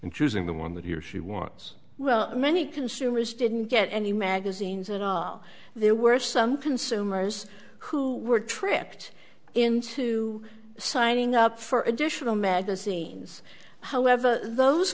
and choosing the one that he or she wants well many consumers didn't get any magazines at all there were some consumers who were tricked into signing up for additional magazines however those